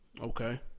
Okay